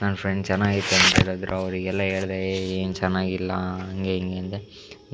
ನನ್ನ ಫ್ರೆಂಡ್ ಚೆನ್ನಾಗಿತ್ತು ಅಂತ ಹೇಳಿದ್ರು ಅವರಿಗೆಲ್ಲ ಹೇಳ್ದೆ ಏಯ್ ಏನೂ ಚೆನ್ನಾಗಿಲ್ಲ ಹಾಗೆ ಹೀಗೆ ಅಂದೆ